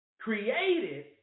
created